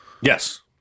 Yes